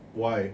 why